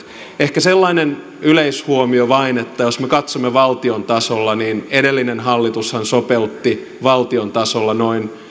ehkä sellainen yleishuomio vain että jos me katsomme valtion tasolla niin edellinen hallitushan sopeutti valtion tasolla noin